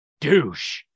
douche